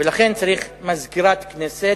ולכן צריך לומר מזכירת הכנסת,